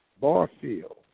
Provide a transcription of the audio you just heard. Barfield